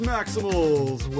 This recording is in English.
Maximals